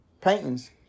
paintings